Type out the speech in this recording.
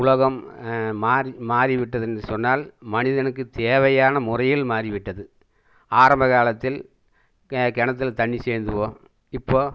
உலகம் மாறி மாறிவிட்டது என்று சொன்னால் மனிதனுக்கு தேவையான முறையில் மாறிவிட்டது ஆரம்ப காலத்தில் கெ கிணத்துல தண்ணி சேந்துவோம் இப்போது